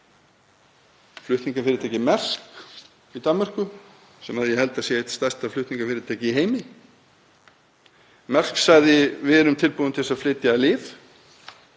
flutningafyrirtækið Mærsk í Danmörku sem ég held að sé eitt stærsta flutningafyrirtæki í heimi. Mærsk sagði: Við erum tilbúin til að flytja lyf